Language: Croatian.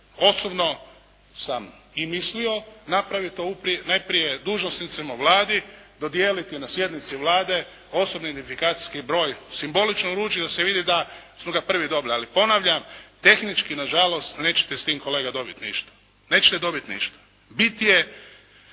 osobno sam i mislio napraviti najprije dužnosnicima u Vladi, dodijeliti na sjednici Vlade osobni identifikacijski broj, simbolično uručiti da se vidi da su ga prvi dobili. Ali ponavljam, tehnički na žalost nećete s tim kolega dobiti ništa. Nećete dobiti ništa. Bit je